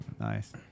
nice